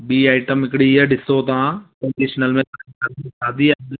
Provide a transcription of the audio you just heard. ॿीं आइटम हिकिड़ी इहा ॾिसो तव्हां ऑकेशनल में शादी